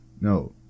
No